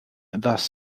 thus